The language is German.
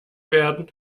werden